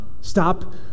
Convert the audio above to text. stop